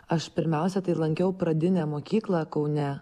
aš pirmiausia tai lankiau pradinę mokyklą kaune